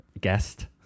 guest